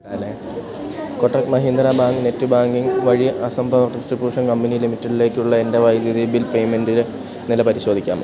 ആയില്ലേ Kotak Mahindra bank net banking വഴി Assam power distribution company ലിമിറ്റഡ്ലേക്കുള്ള എൻ്റെ വൈദ്യുതി ബിൽ പേയ്മെൻ്റിലെ നില പരിശോധിക്കാമോ